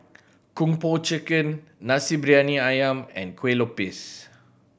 Kung Po Chicken Nasi Briyani Ayam and Kueh Lopes